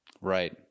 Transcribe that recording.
Right